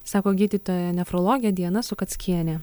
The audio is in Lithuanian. sako gydytoja nefrologė diana sukackienė